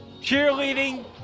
cheerleading